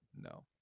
No